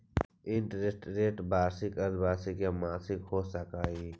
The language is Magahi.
इंटरेस्ट रेट वार्षिक, अर्द्धवार्षिक या मासिक हो सकऽ हई